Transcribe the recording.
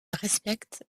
respectent